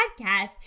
podcast